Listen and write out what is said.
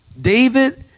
David